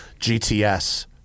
GTS